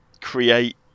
create